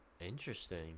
interesting